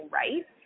right